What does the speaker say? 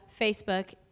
facebook